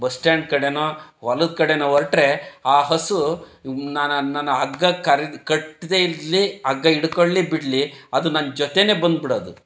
bus stand ಕಡೆನೋ ಹೊಲದ ಕಡೆನೋ ಹೊರಟ್ರೆ ಆ ಹಸು ನಾನು ಆ ನಾನು ಆ ಹಗ್ಗಕ್ಕೆ ಕರದ್ದು ಕಟ್ಟದೇ ಇರಲಿ ಹಗ್ಗ ಹಿಡ್ಕೊಳ್ಲಿ ಬಿಡಲಿ ಅದು ನನ್ನ ಜೊತೇನೆ ಬಂದುಬಿಡೋದು